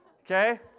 Okay